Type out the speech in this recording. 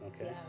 Okay